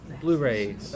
Blu-ray